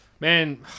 Man